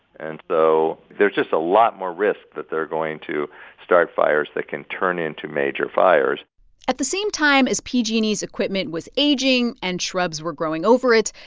and so there's just a lot more risk that they're going to start fires that can turn into major fires at the same time as pg and e's equipment was aging and shrubs were growing over it,